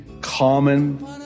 common